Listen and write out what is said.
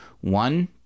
One